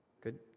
Good